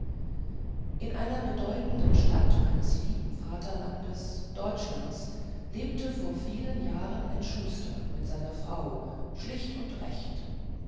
in einer bedeutenden stadt meines lieben vaterlandes deutschlands lebte vor vielen jahren ein schuster mit seiner frau schlicht und recht